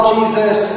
Jesus